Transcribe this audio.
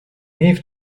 leave